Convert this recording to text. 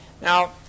Now